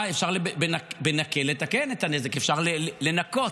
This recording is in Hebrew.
אפשר בנקל לתקן את הנזק, אפשר לנקות.